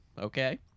okay